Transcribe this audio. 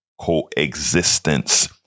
coexistence